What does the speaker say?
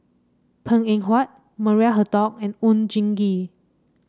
Png Eng Huat Maria Hertogh and Oon Jin Gee